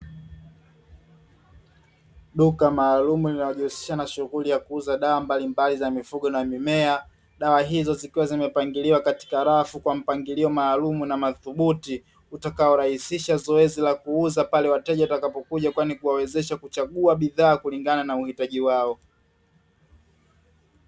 Duka maalumu linajohusisha na shughuli ya kuuza dawa mbalimbali za mfugo na mimea, dawa hizo zikiwa zimepangiliwa katika rafu kwa mpangilio maalum na mathubuti. Utakaorahisisha zoezi la kuuza pale wateja watakapokuja, kwani kuwawezesha kuchagua bidhaa kulingana na uhitaji wao.